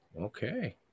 Okay